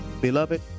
beloved